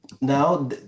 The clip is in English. now